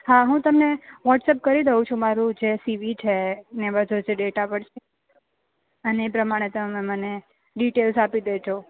હા હું તમને વ્હોટ્સએપ કરી દઉં છું મારું જે સીવી છે ને જે બધો ડેટા પડશે અને એ પ્રમાણે તમે મને ડિટેલ્સ આપી દેજો